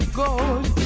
gold